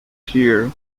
clear